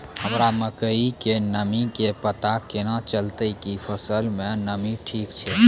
हमरा मकई के नमी के पता केना चलतै कि फसल मे नमी ठीक छै?